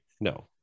No